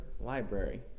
library